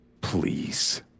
please